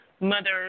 mother